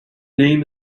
name